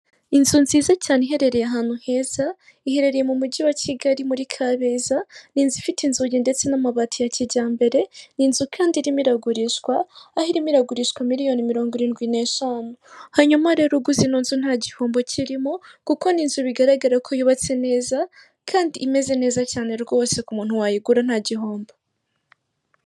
Inzu nziza cyane iherereye ahantu heza, iherereye mu mujyi wa Kigali muri kabeza, n'inzu ifite inzugi ndetse n'amabati ya kijyambere, n'inzu kandi irimo iragurishwa ahomo iragurishwa miriyoni mirongo irindwi n'eshanu, hanyuma rero uguze ino nzu nta gihombo kirimo kuko n'inzu bigaragara ko yubatse neza kandi imeze neza cyane rwose k'umuntu wayigura nta gihombo.